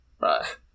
right